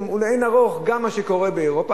זה לאין-ערוך יותר ממה שקורה באירופה,